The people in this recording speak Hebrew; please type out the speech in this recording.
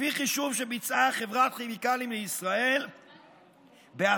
לפי חישוב שביצעה חברת כימיקלים לישראל בעצמה,